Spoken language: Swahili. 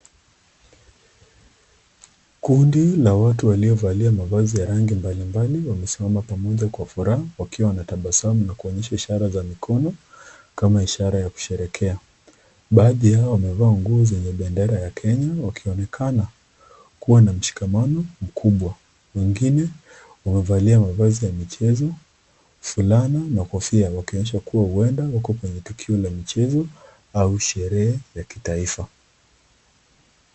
Kundi la watu waliovalia mavazi ya rangi mbalimbali wamesimama pamoja kwa furaha, wakiwa na tabasamu na kuonyesha ishara za mikono, kama ishara ya kusherehekea. Baadhi yao wamevaa nguo zenye bendera ya Kenya, wakionekana kuwa na mshikamano mkubwa. Wengine, wamevalia mavazi ya michezo, fulana na kofia wakionyesha kuwa huenda wako kwenye tukio la michezo au sherehe ya kitaifa.